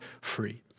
free